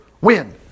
win